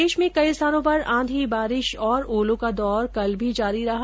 प्रदेश में कई स्थानों पर आंधी बारिश और ओलो का दौर कल भी जारी रहा